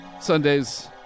Sundays